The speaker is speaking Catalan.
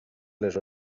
les